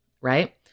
right